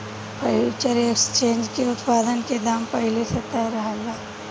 future exchange में उत्पाद के दाम पहिल से तय रहेला